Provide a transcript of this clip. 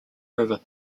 river